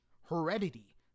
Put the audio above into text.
heredity